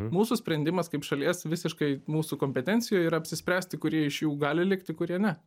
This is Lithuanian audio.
mūsų sprendimas kaip šalies visiškai mūsų kompetencijoj yra apsispręsti kurie iš jų gali likti kurie ne